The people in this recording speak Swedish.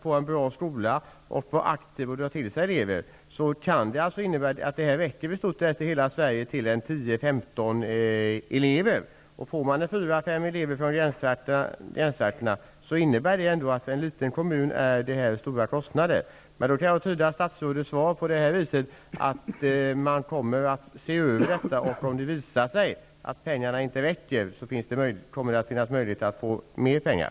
I en liten kommun -- jag har fått den här frågan från Strömstad -- där man satsar i akt och mening att åstadkomma en bra skola och dra till sig elever innebär det stora kostnader att få en fyra fem elever från gränstrakterna. Jag tyder statsrådets svar så, att man kommer att se över detta och att det, om det visar sig att pengarna inte räcker, kommer att finnas möjlighet att få mer pengar.